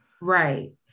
right